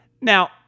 Now